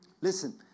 listen